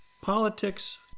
politics